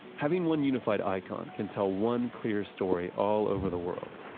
having one unified icon can tell one clear story all over the world.